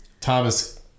Thomas